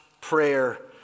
prayer